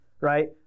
right